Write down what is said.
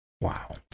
Wow